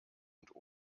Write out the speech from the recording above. und